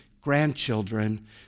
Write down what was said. grandchildren